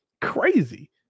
Crazy